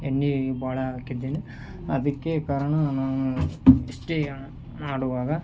ಎಣ್ಣೆ ಬಹಳ ಹಾಕಿದ್ದೀನಿ ಅದಕ್ಕೆ ಕಾರಣ ನಾನು ಎಷ್ಟೇ ಮಾಡುವಾಗ